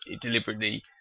deliberately